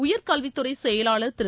உயர் கல்வித்துறைச் செயலாளர் திரு